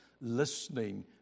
listening